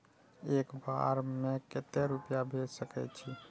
एक बार में केते रूपया भेज सके छी?